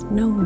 no